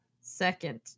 second